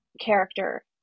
character